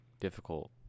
difficult